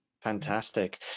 Fantastic